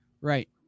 Right